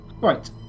right